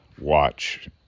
watch